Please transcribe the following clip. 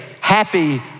happy